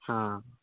हाँ